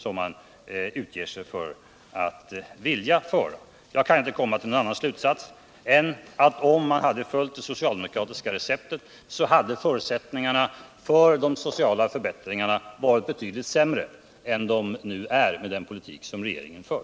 Om man hade följt det socialdemokratiska receptet hade förutsättningarna för de sociala förbättringarna varit betydligt sämre än de är med den politik som regeringen för.